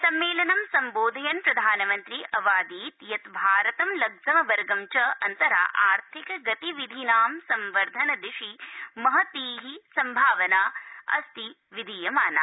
सम्मेलनं सम्बोधयन् प्रधानमन्त्री अवादीत यत् भारतं लम्ज़मबर्गम् च अन्तरा आर्थिक गतिविधीनां संवर्धन दिशि महत् सम्भावना सन्ति विधीयमाना